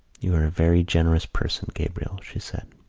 you are a very generous person, gabriel, she said.